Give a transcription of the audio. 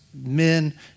men